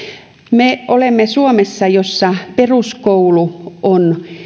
me olemme suomessa jossa peruskoulu on